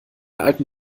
alten